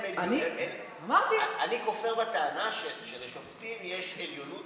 אני כופר בטענה שלשופטים יש עליונות